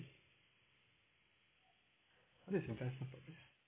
this is question